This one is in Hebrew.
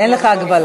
אין לך הגבלה.